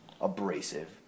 abrasive